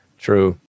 True